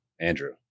Andrew